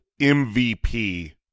mvp